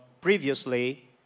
previously